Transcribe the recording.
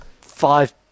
five